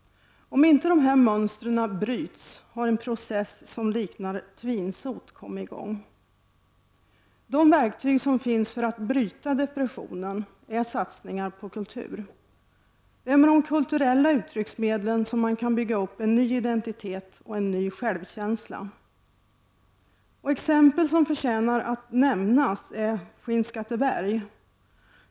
Om inte dessa mönster bryts har en process som liknar tvinsot kommit i gång. De verktyg som finns för att bryta depressionen är satsningar på kultur. Det är med de kulturella uttrycksmedlen som man kan bygga upp en ny identitet och en ny självkänsla. Exempel som förtjänar att nämnas är Skinnskatteberg.